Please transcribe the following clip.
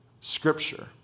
scripture